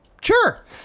Sure